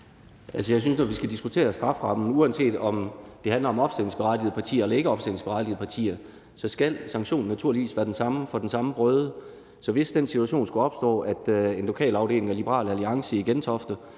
Jeg synes jo, vi skal diskutere strafferammen, og uanset om det handler om opstillingsberettigede partier eller ikkeopstillingsberettigede partier, skal sanktionen naturligvis være den samme for den samme brøde. Så hvis den situation skulle opstå, at en lokalafdeling af Liberal Alliance i Gentofte